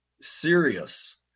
serious